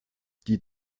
die